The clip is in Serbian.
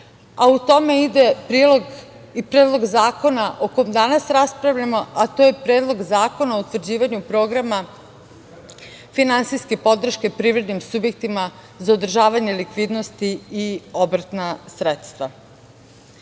a u tome ide prilog i Predlog zakona o kome danas raspravljamo, a to je Predlog zakona o utvrđivanju programa finansijske podrške privrednim subjektima za održavanje likvidnosti i obrtna sredstva. Kada